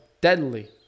deadly